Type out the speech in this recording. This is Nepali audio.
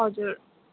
हजुर